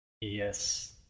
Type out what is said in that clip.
Yes